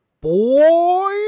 Boy